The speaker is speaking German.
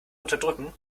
unterdrücken